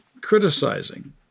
criticizing